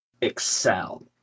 excel